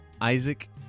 Isaac